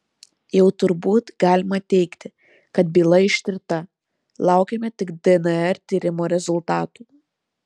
jau turbūt galima teigti kad byla ištirta laukiame tik dnr tyrimo rezultatų